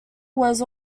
was